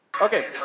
Okay